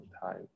time